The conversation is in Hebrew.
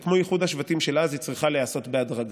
וכמו איחוד השבטים של אז היא צריכה להיעשות בהדרגה.